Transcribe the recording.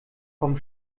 vom